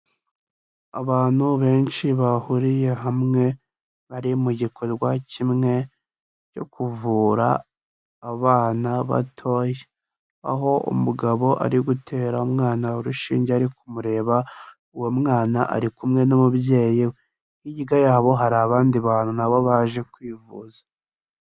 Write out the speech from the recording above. Abantu benshi bahuriye hamwe bari mu gikorwa kimwe cyo kuvura abana batoya, aho umugabo ari gutera umwana urushinge ari kumureba uwo mwana ari kumwe n'umubyeyi we, hirya yabo hari abandi bantu nabo baje kwivuza.